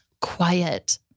quiet